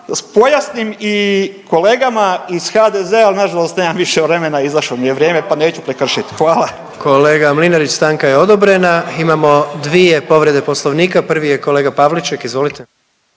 pojasnim i kolegama iz HDZ-a, al nažalost nemam više vremena, izašlo mi je vrijeme, pa neću prekršit, hvala. **Jandroković, Gordan (HDZ)** Kolega Mlinarić, stanka je odobrena. Imamo dvije povrede Poslovnika, prvi je kolega Pavliček, izvolite.